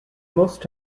must